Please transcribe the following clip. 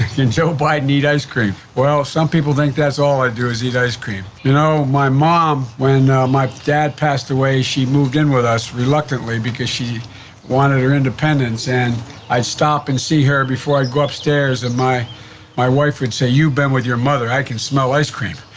can joe biden eat ice cream? well some people think that's all i do is eat ice cream. you know, my mom, when my dad passed away, she moved in with us reluctantly because she wanted her independence and i'd stop and see her before i'd go upstairs and my my wife would say, you've been with your mother, i can smell ice cream.